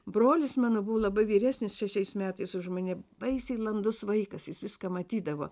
brolis mano buvo labai vyresnis šešiais metais už mane baisiai landus vaikas jis viską matydavo